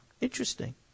Interesting